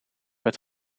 het